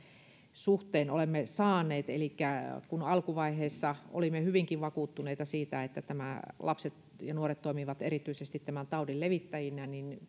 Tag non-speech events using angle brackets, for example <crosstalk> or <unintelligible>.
suhteen olemme saaneet elikkä kun alkuvaiheessa olimme hyvinkin vakuuttuneita siitä että lapset ja nuoret toimivat erityisesti tämän taudin levittäjinä niin <unintelligible>